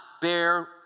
bear